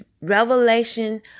revelation